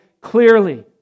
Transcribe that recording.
clearly